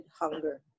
hunger